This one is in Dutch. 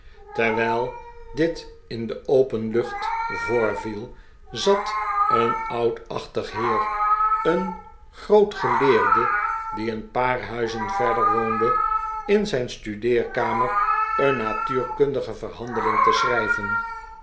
terwijl dit in de open lucht voorviel zat een oudachtig heer een groot geleerde die een paar huizen verder woonde in zijn studeerkamer een natuurkundige verhandeling te schrijven